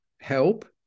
help